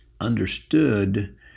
understood